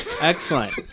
Excellent